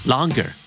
Longer